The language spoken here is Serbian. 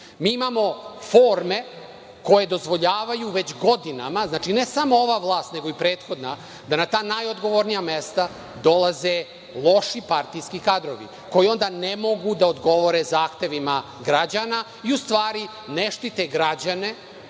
Mi imamo forme koje dozvoljavaju godinama, ne samo ova vlast nego i prethodna, da na ta najodgovornija mesta dolaze loši partiski kadrovi, koji onda ne mogu da odgovore zahtevima građana i u stvari, ne štite građane